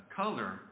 color